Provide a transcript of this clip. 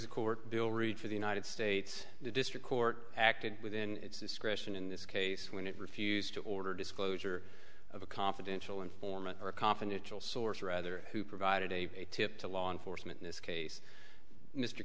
the court bill read for the united states district court acted within its discretion in this case when it refused to order disclosure of a confidential informant or a confidential source or other who provided a tip to law enforcement in this case mr